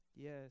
Yes